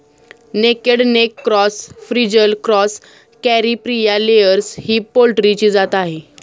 naked neck cross, frizzle cross, Caripriya layers ही पोल्ट्रीची जात आहे